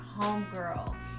homegirl